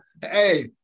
Hey